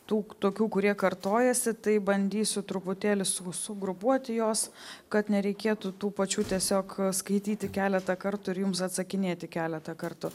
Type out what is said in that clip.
daug tokių kurie kartojasi tai bandysiu truputėlį su sugrupuoti juos kad nereikėtų tų pačių tiesiog skaityti keletą kartų ir jums atsakinėti keletą kartų